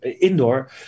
indoor